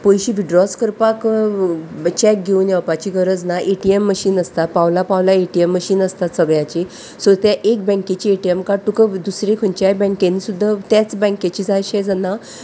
पयशे विड्रॉज करपाक चॅक घेवन येवपाची गरज ना ए टी एम मशीन आसता पावला पावला ए टी एम मशीन आसता सगळ्याची सो तें एक बँकेची ए टी एम कार्ड तुका दुसरे खंयच्याय बँकेनी सुद्दां तेच बँकेचे जाय अशें जाणा